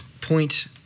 point